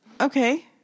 Okay